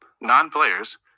non-players